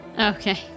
Okay